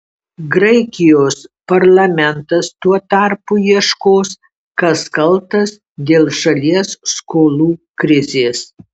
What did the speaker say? graikijos parlamentas tuo tarpu ieškos kas kaltas dėl šalies skolų krizės